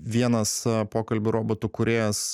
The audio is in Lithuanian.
vienas pokalbių robotų kūrėjas